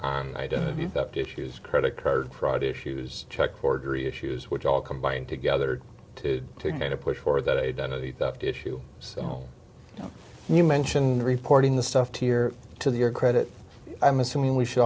identity theft issues credit card fraud issues check forgery issues which all combine together to get a push for that identity theft issue you know you mentioned reporting the stuff here to the credit i'm assuming we should